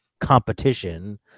competition